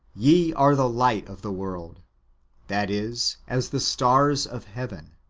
ye are the light of the world that is, as the stars of heaven.